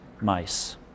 mice